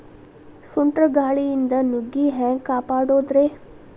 ಸುಂಟರ್ ಗಾಳಿಯಿಂದ ನುಗ್ಗಿ ಹ್ಯಾಂಗ ಕಾಪಡೊದ್ರೇ?